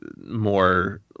more